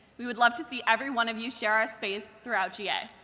we would love to see every one of you share our space throughout ga.